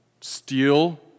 steal